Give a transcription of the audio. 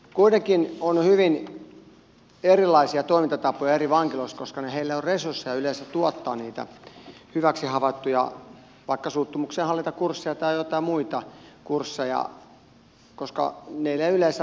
kuitenkin on hyvin erilaisia toimintatapoja eri vankiloissa koska niillä ei ole resursseja yleensä tuottaa vaikkapa niitä hyväksi havaittuja suuttumuksenhallintakursseja tai joitain muita kursseja koska niillä eivät yleensä rahat siihen riitä